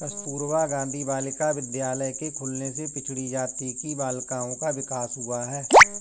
कस्तूरबा गाँधी बालिका विद्यालय के खुलने से पिछड़ी जाति की बालिकाओं का विकास हुआ है